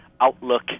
Outlook